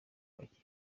kwakira